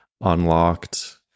unlocked